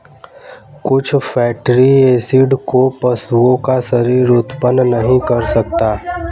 कुछ fatty acid को पशुओं का शरीर उत्पन्न नहीं कर सकता है